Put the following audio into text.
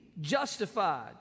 justified